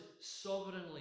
sovereignly